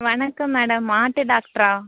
வணக்கம் மேடம் மாட்டு டாக்டரா